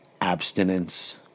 abstinence